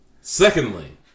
Secondly